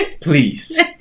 please